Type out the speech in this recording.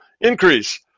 increase